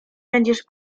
będziesz